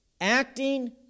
acting